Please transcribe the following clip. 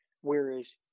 Whereas